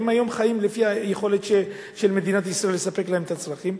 והיום הם חיים לפי היכולת של מדינת ישראל לספק להם את הצרכים.